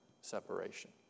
separation